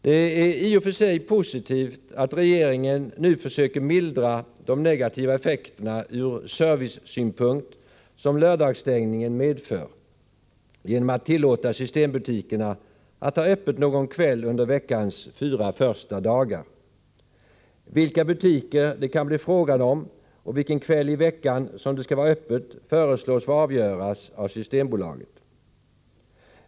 Det är i och för sig positivt att regeringen nu försöker mildra de negativa effekter ur servicesynpunkt som lördagsstängningen medför, genom att tillåta systembutikerna att ha öppet någon kväll under veckans fyra första dagar. Vilka butiker det kan bli fråga om och vilken kvälli veckan som det skall vara öppet föreslås få avgöras av Systembolaget.